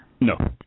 no